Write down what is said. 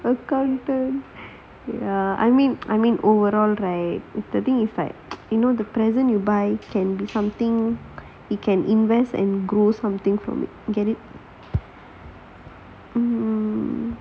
ya I mean I mean overall right if the thing you effect you know the present you buy can be something it can invest and grow something from it get it